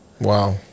Wow